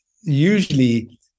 usually